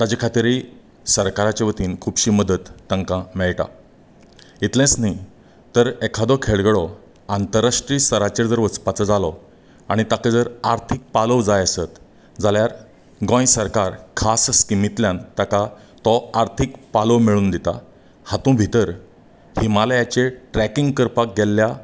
ताजे खातीरय सरकाराच्या वतीन खुबशी मदत तांकां मेळटा इतलेंच न्हीं तर एकादो खेळगडो आंतरराष्ट्रीय स्थराचेर जर वचपाचो जालो आनी ताका जर आर्थीक पालव जाय जाल्यार गोंय सरकार खास स्किमींतल्यान ताका तो आर्थीक पालोव मेळून दिता हातूंत भितर हिमालयाचे ट्रेकींग करपाक गेल्ल्या